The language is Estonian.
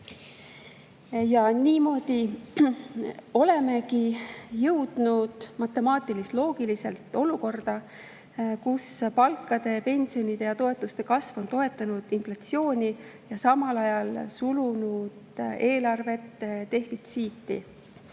Niimoodi olemegi matemaatilis-loogiliselt jõudnud olukorda, kus palkade, pensionide ja toetuste kasv on toetanud inflatsiooni ja samal ajal surunud eelarvet defitsiiti.